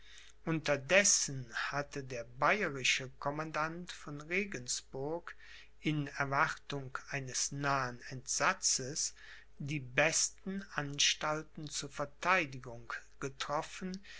unterdessen hatte der bayerische commandant von regensburg in erwartung eines nahen entsatzes die besten anstalten zur verteidigung getroffen